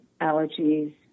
allergies